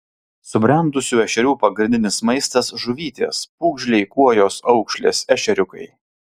subrendusių ešerių pagrindinis maistas žuvytės pūgžliai kuojos aukšlės ešeriukai